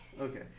Okay